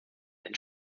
den